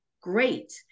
great